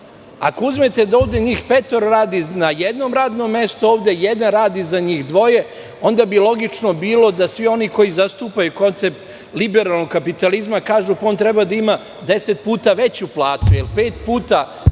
Ako uzmete da ovde njih petoro radi na jednom radnom mestu, a ovde jedan radi za njih dvoje, onda bi logično bilo da svi oni koji zastupaju koncept liberalnog kapitalizma kažu – pa on treba da ima deset puta veću platu, jer pet